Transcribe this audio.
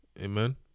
Amen